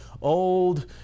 old